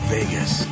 Vegas